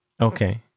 Okay